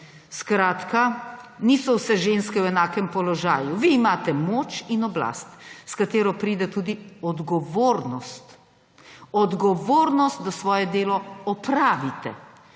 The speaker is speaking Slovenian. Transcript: Skratka: »Niso vse ženske v enakem položaju, vi imate moč in oblast, s katero pride tudi odgovornost. Odgovornost, da svoje delo opravite.